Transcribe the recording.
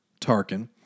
Tarkin